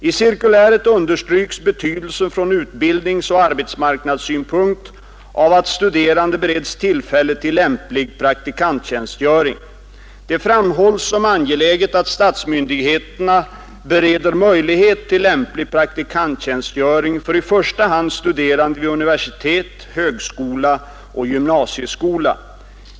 I cirkuläret understryks betydelsen från utbildningsoch arbetsmarknadssynpunkt av att studerande bereds tillfälle till lämplig praktikanttjänstgöring. Det framhålls som angeläget att statsmyndigheterna bereder möjlighet till lämplig praktikanttjänstgöring för i första hand studerande vid universitet, högskola och gymnasieskola.